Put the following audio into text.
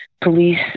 police